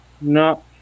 No